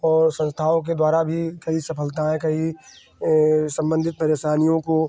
और सँस्थाओं के द्वारा भी कई सफलताएँ कई सम्बन्धित परेशानियों को